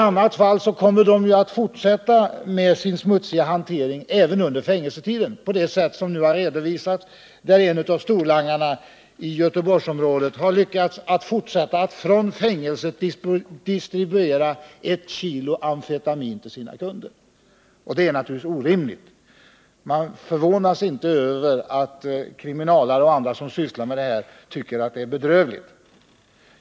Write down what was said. Annars kommer de ju att fortsätta med sin smutsiga hantering även under fängelsetiden, på det sätt som nu har redovisats och varav framgår att en av storlangarna i Göteborgsområdet har lyckats med att från fängelset distribuera ett kilo amfetamin till sina kunder. Det är naturligtvis orimligt. Man förvånas inte över att kriminalare och andra som sysslar med dessa frågor tycker att det är bedrövligt ställt.